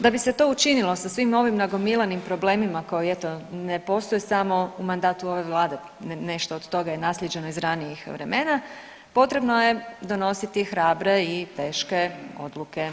Da bi se to učinilo sa svim ovim nagomilanim problemima koji eto, ne postoje samo u mandatu ove Vlade, nešto od toga je naslijeđeno iz ranijih vremena, potrebno je donositi hrabre i teške odluke.